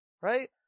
right